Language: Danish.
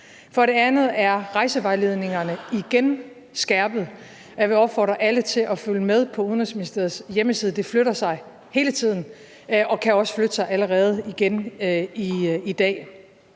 For det andet er rejsevejledningerne igen blevet skærpet, og jeg vil opfordre alle til at følge med på Udenrigsministeriets hjemmeside. Det flytter sig hele tiden og kan også flytte sig allerede igen i dag.